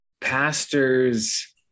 pastors